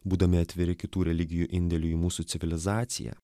būdami atviri kitų religijų indėliui į mūsų civilizaciją